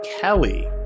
Kelly